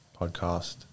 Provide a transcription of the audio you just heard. podcast